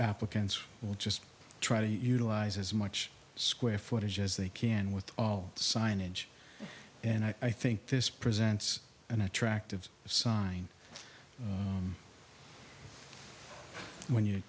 applicants will just try to utilize as much square footage as they can with all signage and i think this presents an attractive sign when you